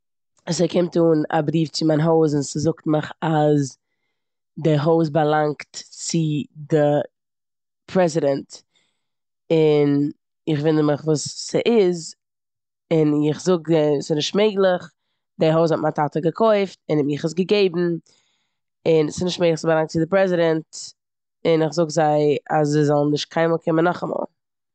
ס'קומט אן א בריוו צו מיין הויז און ס'זאגט מיך אז די הויז באלאנגט צו די פרעזידענט און איך וואונדער מיך וואס ס'איז און כ'זאג אים ס'נישט מעגליך. די הויז האט מיין טאטע געקויפט און ער האט מיך עס געגעבן און ס'נישט מעגליך ס'באלאנגט צו די פרעזידענט. און איך זאג זיי זאלן נישט קיינמאל קומען נאכאמאל.